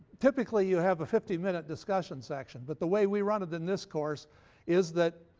typically you have a fifty minute discussion section. but the way we run it in this course is that